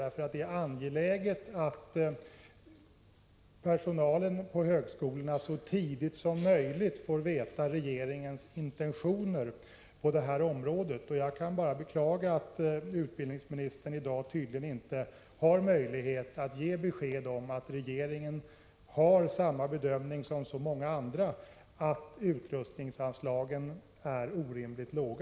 Det är nämligen angeläget att personalen på högskolorna så tidigt som möjligt får veta regeringens intentioner på detta område. Jag kan bara beklaga att utbildningsministern i dag tydligen inte har möjlighet att ge besked om att regeringen gör samma bedömning som så många andra, dvs. att utrustningsanslagen är orimligt låga.